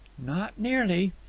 not nearly.